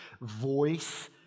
voice